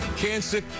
Cancer